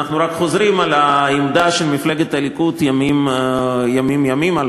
אנחנו רק חוזרים על העמדה של מפלגת הליכוד מימים ימימה.